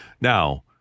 Now